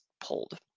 pulled